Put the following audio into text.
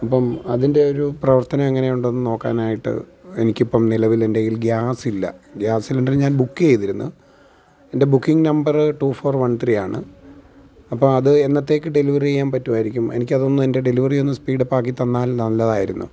അപ്പം അതിൻ്റെ ഒരു പ്രവർത്തനം എങ്ങനെയുണ്ടെന്ന് നോക്കാനായിട്ട് എനിക്ക് ഇപ്പം നിലവിൽ എൻ്റെ കൈയ്യിൽ ഗ്യാസ് ഇല്ല ഗ്യാസ് സിലിണ്ടറ് ഞാൻ ബുക്ക് ചെയ്തിരുന്നു എൻ്റെ booking number two four one three ആണ് അപ്പം അത് എന്നത്തേക്ക് ഡെലിവർ ചെയ്യാൻ പറ്റുമായിരിക്കും എനിക്ക് അതൊന്ന് എൻ്റെ ഡെലിവറി ഒന്ന് സ്പീഡപ്പ് ആക്കി തന്നാൽ നല്ലതായിരുന്നു